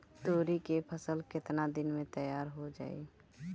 तोरी के फसल केतना दिन में तैयार हो जाई?